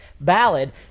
ballad